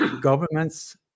Governments